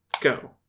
go